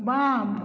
बाम